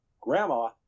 Grandma